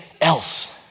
else